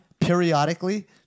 periodically